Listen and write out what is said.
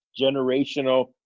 generational –